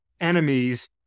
enemies